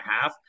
half